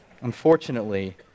Unfortunately